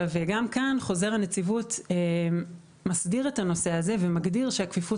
גם כאן חוזר הנציבות מסדיר את הנושא הזה ומגדיר שהכפיפות